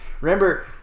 Remember